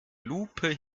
lupe